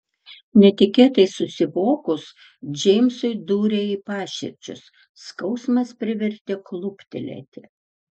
netikėtai susivokus džeimsui dūrė į paširdžius skausmas privertė kluptelėti